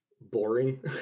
boring